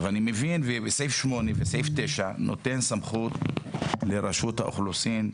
אני מבין שסעיף 8 וסעיף 9 נו תן סמכות לרשות האוכלוסין,